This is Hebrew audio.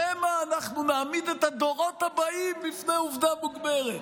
שמא אנחנו נעמיד את הדורות הבאים בפני עובדה מוגמרת.